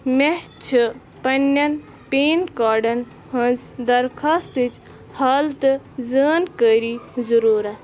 مےٚ چھِ پَنٕنٮ۪ن پین کارڈَن ہٕنٛز درخواستٕچ حالتہٕ زٲنۍکٲری ضروٗرَت